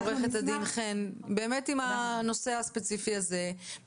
באמת עם הנושא הספציפי הזה.